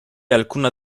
alcuna